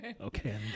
Okay